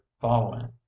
following